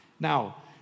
Now